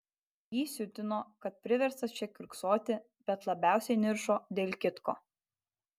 jį siutino kad priverstas čia kiurksoti bet labiausiai niršo dėl kitko